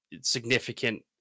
significant